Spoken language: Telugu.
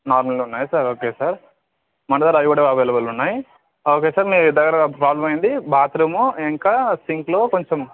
నార్మల్ ఉన్నాయా సార్ ఓకే సార్ మన దగ్గర అవి కూడా అవైలబుల్ ఉన్నాయి ఓకే సార్ మీ దగ్గర ప్రాబ్లమ్ ఏంటి బాత్రూమ్ ఇంకా సింక్లో కొంచెం